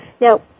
Now